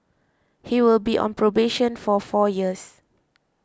he will be on probation for four years